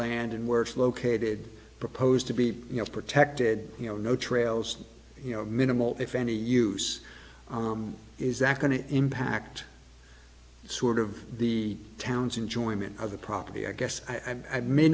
land in works located proposed to be protected you know no trails you know minimal if any use is that going to impact sort of the town's enjoyment of the property i guess i may